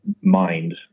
mind